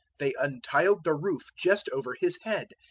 they untiled the roof just over his head,